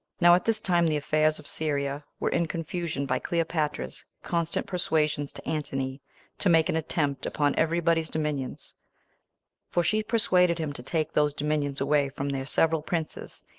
now at this time the affairs of syria were in confusion by cleopatra's constant persuasions to antony to make an attempt upon every body's dominions for she persuaded him to take those dominions away from their several princes,